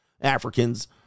Africans